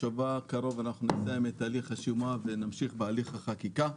בשבוע הקרוב אנחנו נתאם את הליך השימוע ונמשיך בהליך החקיקה.